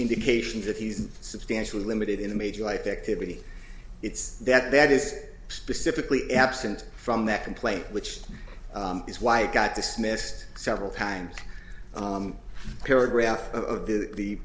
indications that he's substantially limited in a major life activity it's that that is specifically absent from that complaint which is why i got dismissed several times a paragraph of